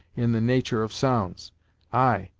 in the natur' of sounds ay,